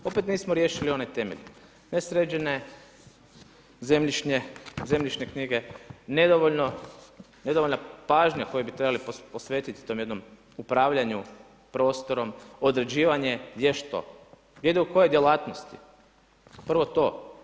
Opet nismo riješili one temelje, nesređene zemljišne knjige, nedovoljna pažnja koju bi trebali posvetiti tom jednom upravljanju prostorom, određivanje vješto gdje ide u koje djelatnosti, prvo to.